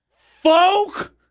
Folk